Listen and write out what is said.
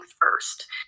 first